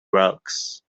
rocks